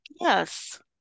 Yes